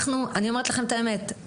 אני אומרת לכם את האמת,